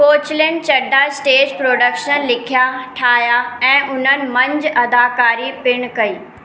Koechlin Chadda stage production लिखिया ठाहिया ऐं उन्हनि मंझि अदाकारी पिणु कई